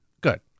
Good